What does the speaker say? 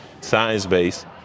science-based